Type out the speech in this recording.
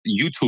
YouTube